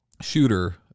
shooter